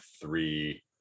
three